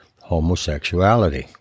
homosexuality